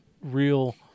real